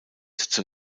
zur